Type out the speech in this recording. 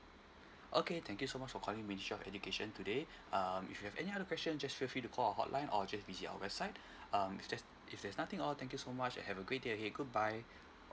okay thank you so much for calling ministry of education today um if you have any other question just feel free to call our hotline or just visit our website um if there's if there's nothing all thank you so much and have a great day ahead goodbye